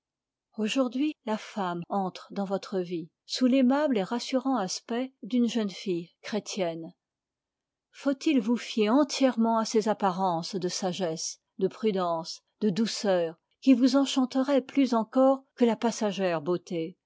aujourd'hui la femme entre dans votre vie sous l'aimable et rassurant aspect d'une jeune fille chrétienne faut-il vous fier entièrement à ces apparences de sagesse de prudence de douceur qui vous enchanteraient plus encore que la passagère beauté